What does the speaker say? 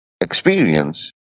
experience